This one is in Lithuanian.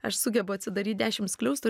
aš sugebu atsidaryt dešim skliaustų ir